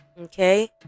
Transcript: Okay